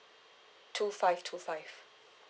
two five two five